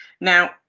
Now